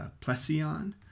plesion